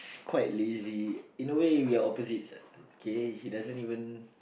quite lazy in a way we are opposite ah K he doesn't even